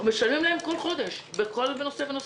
משלמים להן בכל חודש בכל נושא ונושא.